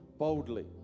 boldly